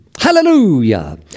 Hallelujah